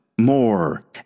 more